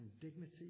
dignity